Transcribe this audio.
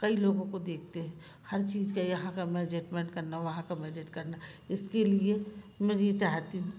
कई लोगो को देखते हैं हर चीज़ का यहाँ का मैजेटमेंट करना वहाँ का मैजेट करना इसके लिए मैं ये चाहती हूँ